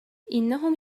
إنهم